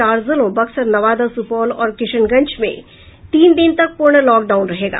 चार जिलों बक्सर नवादा सुपौल और किशनगंज में तीन दिन तक पूर्ण लॉकडाउन रहेगा